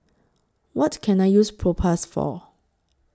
What Can I use Propass For